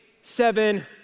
seven